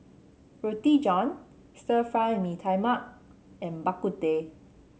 Roti John Stir Fry Mee Tai Mak and Bak Kut Teh